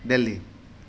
Delhi